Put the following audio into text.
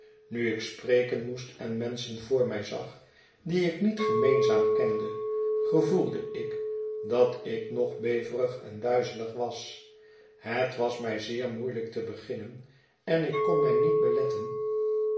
nu ik spreken moest en menschen voor mij zag die ik niet gemeenzaam kende gevoelde ik dat ik nog beverig en duizelig was het was mij zeer moeielijk te beginnen en ik kon mij niet beletten